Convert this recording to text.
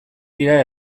dira